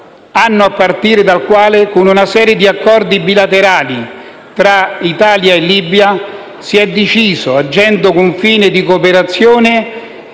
anno a partire dal quale, con una serie di accordi bilaterali tra Italia e Libia, si è deciso, agendo con fine di cooperazione,